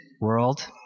world